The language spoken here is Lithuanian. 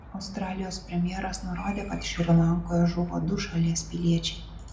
australijos premjeras nurodė kad šri lankoje žuvo du šalies piliečiai